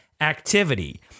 activity